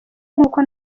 nk’uko